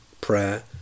prayer